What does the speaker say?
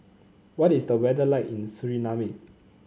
what is the weather like in Suriname